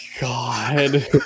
god